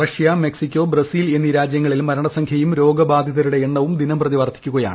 Russia Mexico Brazil എന്നീ രാജ്യങ്ങളിൽ മരണസംഖ്യയും രോഗബാധിതരുടെ എണ്ണവും ദിനംപ്രതി വർദ്ധിക്കുകയാണ്